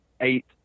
eight